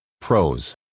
Pros